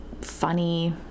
funny